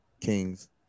Kings